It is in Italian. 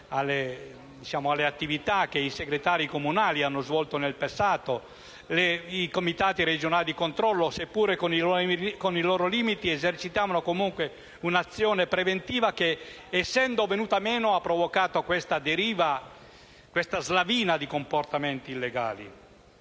alle attività che i segretari comunali hanno svolto nel passato; i comitati regionali di controllo, seppure con i loro limiti, esercitavano comunque un'azione preventiva che, essendo venuto meno, ha provocato una deriva, una slavina di comportamenti illegali.